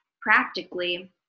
practically